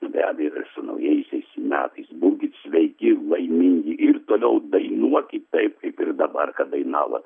be abejo ir su naujaisiais metais būkit sveiki laimingi ir toliau dainuokit taip kaip ir dabar kad dainavot